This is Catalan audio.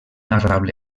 agradable